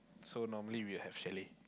so normally we have chalet